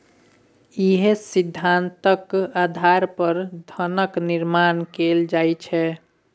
इएह सिद्धान्तक आधार पर धनक निर्माण कैल जाइत छै